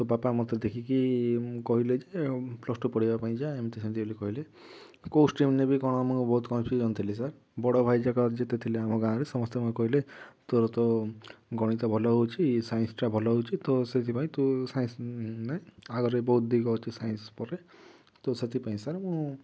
ବାପା ମୋତେ ଦେଖିକି କହିଲେ କି ଆଉ ପ୍ଲସ୍ ଟୁ ପଢ଼ିବା ପାଇଁ ଯାଆ ଏମିତି ସେମିତି ବୋଲି କହିଲେ କେଉଁ ଷ୍ଟ୍ରିମ୍ ନେବି କ'ଣ ମୁଁ ବହୁତ କନଫ୍ୟୁଜନ୍ ଥିଲି ସାର୍ ବଡ଼ ଭାଇଯାକ ଯେତେ ଥିଲେ ଆମ ଗାଁରେ ସମସ୍ତେ ମୋତେ କହିଲେ ତୋର ତ ଗଣିତ ଭଲ ହେଉଛି ସାଇନ୍ସଟା ଭଲ ହେଉଛି ତ ସେଥିପାଇଁ ତୁ ସାଇନ୍ସ ନେ ଆଗରେ ବହୁତ ଦିଗ ଅଛି ସାଇନ୍ସ ପରେ ତ ସେଥିପାଇଁ ସାର୍ ମୁଁ